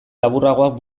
laburragoak